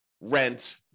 rent